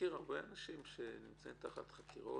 מכיר הרבה אנשים שנמצאים תחת חקירות.